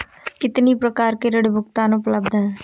कितनी प्रकार के ऋण भुगतान उपलब्ध हैं?